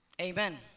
Amen